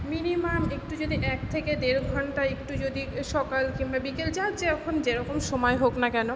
minimum একটু যদি এক থেকে দেড় ঘন্টা একটু যদি সকাল কিংবা বিকেল যার যখন যে রকম সময় হোক না কেন